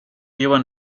llevan